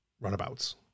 runabouts